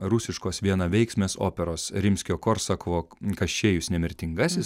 rusiškos vienaveiksmės operos rimskio korsakovo kaščėjus nemirtingasis